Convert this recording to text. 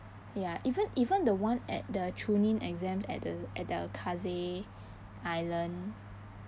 ya even even the one at the chunin exams at the at the kaze island